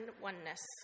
oneness